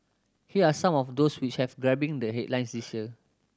here are some of those which have grabbing the headlines this year